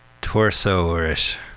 torso-ish